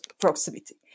proximity